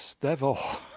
devil